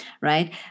right